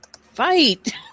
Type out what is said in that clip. Fight